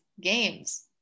games